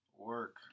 Work